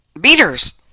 Beaters